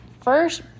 First